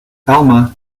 alma